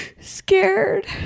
scared